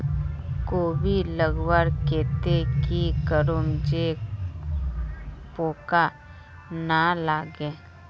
कोबी लगवार केते की करूम जे पूका ना लागे?